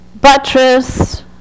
buttress